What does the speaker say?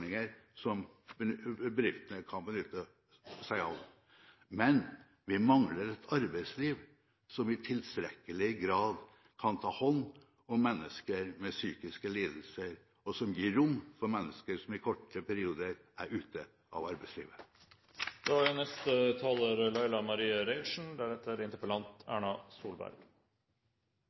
som bedriftene kan benytte seg av. Men vi mangler et arbeidsliv som i tilstrekkelig grad kan ta hånd om mennesker med psykiske lidelser, og som gir rom for mennesker som i kortere perioder er ute av